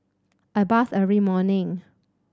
I bathe every morning